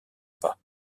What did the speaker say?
pas